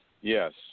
Yes